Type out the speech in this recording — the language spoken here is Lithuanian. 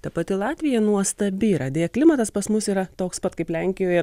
ta pati latvija nuostabi yra deja klimatas pas mus yra toks pat kaip lenkijoje